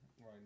right